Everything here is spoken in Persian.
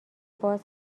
باز